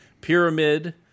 Pyramid